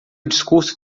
discurso